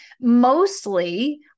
Mostly